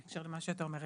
בהקשר למה שאתה אומר,